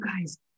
guys